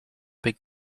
big